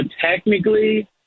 technically